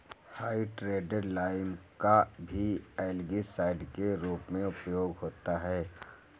hydrated lime का भी algicide के रूप में उपयोग होता है